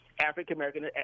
African-American